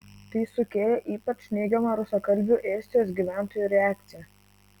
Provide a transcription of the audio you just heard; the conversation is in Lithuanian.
tai sukėlė ypač neigiamą rusakalbių estijos gyventojų reakciją